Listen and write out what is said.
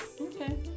Okay